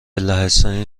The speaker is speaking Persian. لهستانی